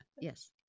Yes